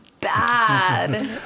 bad